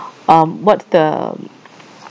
um what's the